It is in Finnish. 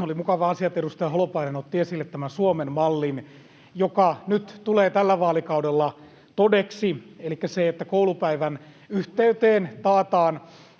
Oli mukava asia, että edustaja Holopainen otti esille tämän Suomen mallin, [Jani Mäkelä: Ihan sattumalta!] joka nyt tulee tällä vaalikaudella todeksi, elikkä sen, että koulupäivän yhteyteen taataan